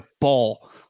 ball